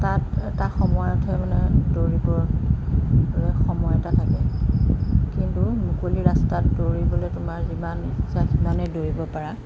তাত এটা সময়তহে মানে দৌৰিবলৈ সময় এটা থাকে কিন্তু মুকলি ৰাস্তাত দৌৰিবলৈ তোমাৰ যিমান ইচ্ছা সিমানেই দৌৰিব পাৰা